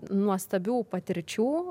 nuostabių patirčių